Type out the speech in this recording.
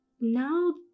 now